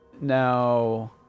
now